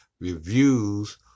reviews